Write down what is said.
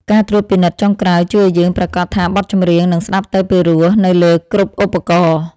ការត្រួតពិនិត្យចុងក្រោយជួយឱ្យយើងប្រាកដថាបទចម្រៀងនឹងស្ដាប់ទៅពីរោះនៅលើគ្រប់ឧបករណ៍។